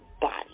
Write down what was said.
body